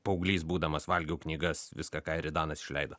paauglys būdamas valgiau knygas viską ką eridanas išleido